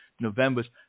November's